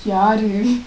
யாரு:yaaru